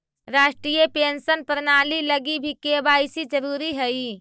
राष्ट्रीय पेंशन प्रणाली लगी भी के.वाए.सी जरूरी हई